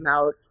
out